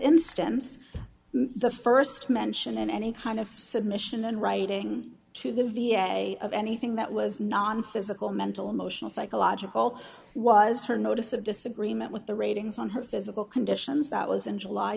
instance the st mention in any kind of submission in writing to the v a of anything that was non physical mental emotional psychological was her notice of disagreement with the ratings on her physical conditions that was in july